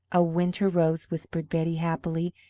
a winter rose, whispered betty, happily,